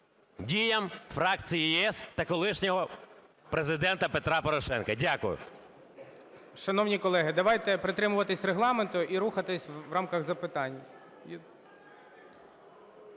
діям фракції "ЄС" та колишнього Президента Петра Порошенка. Дякую. ГОЛОВУЮЧИЙ. Шановні колеги, давайте притримуватись Регламенту і рухатись в рамках запитань.